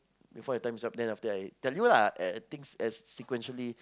before the time's up then after that I tell you lah as as things as sequentially